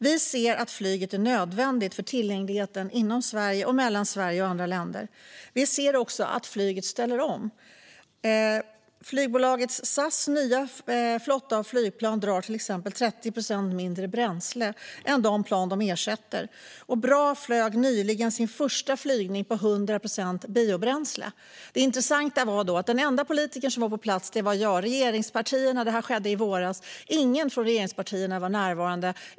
Vi anser att flyget är nödvändigt för tillgängligheten inom Sverige och mellan Sverige och andra länder - och vi ser att flyget ställer om. Flygbolaget SAS nya flotta av flygplan drar till exempel 30 procent mindre bränsle än de plan de ersätter, och BRA gjorde nyligen sin första flygning på 100 procent biobränsle. Det intressanta var att den enda politikern som var på plats då var jag. Detta skedde i våras, och ingen från dåvarande regeringen var närvarande.